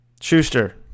Schuster